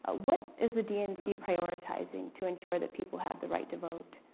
ah what is the dnc prioritizing to ensure that people have the right to vote?